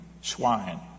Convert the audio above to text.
swine